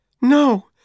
No